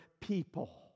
people